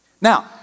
Now